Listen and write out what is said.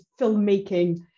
filmmaking